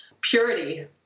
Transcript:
purity